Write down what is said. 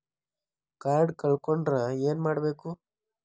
Card ಕಳ್ಕೊಂಡ್ರ ಏನ್ ಮಾಡಬೇಕು?